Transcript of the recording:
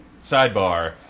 sidebar